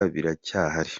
biracyahari